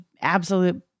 absolute